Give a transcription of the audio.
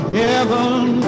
heaven